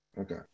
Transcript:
Okay